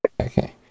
Okay